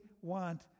want